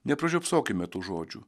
nepražiopsokime tų žodžių